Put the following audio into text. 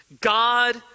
God